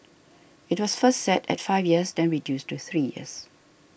it was first set at five years then reduced to three years